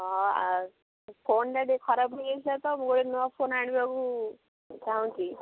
ହଁ ଆଉ ଫୋନ୍ଟା ଟିକେ ଖରାପ ହୋଇଯାଇଥିଲା ତ ମୁଁ ଗୋଟେ ନୂଆ ଫୋନ୍ ଆଣିବାକୁ କ'ଣ କି